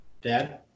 Dad